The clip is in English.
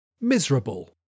miserable